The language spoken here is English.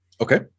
Okay